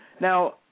Now